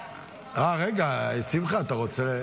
רגע, שמחה, אתה רוצה?